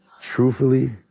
truthfully